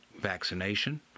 vaccination